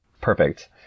Perfect